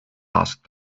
asked